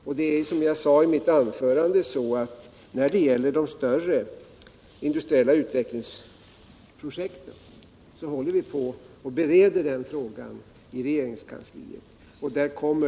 Som jag sade tidigare bereder vi inom regeringens kansli frågan om de större industriella utvecklingsprojekten, och det kommer initiativ från regeringens sida i den frågan.